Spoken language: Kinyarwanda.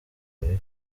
mibi